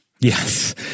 Yes